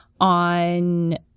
on